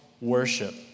worship